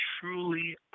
truly